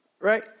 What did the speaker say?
right